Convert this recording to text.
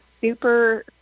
super